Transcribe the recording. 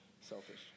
selfish